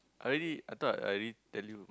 already I thought I already tell you